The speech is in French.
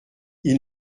ils